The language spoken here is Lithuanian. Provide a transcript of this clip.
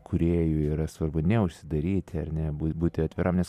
kūrėjui yra svarbu neužsidaryti ar ne bū būti atviram nes